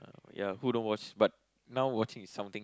ya who don't watch but now watching is something